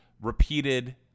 repeated